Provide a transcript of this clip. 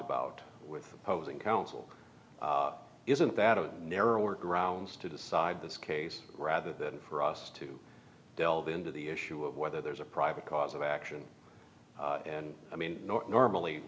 about with opposing counsel isn't that a narrower grounds to decide this case rather than for us to delve into the issue of whether there's a private cause of action and i mean normally